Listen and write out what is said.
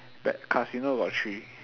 that casino got three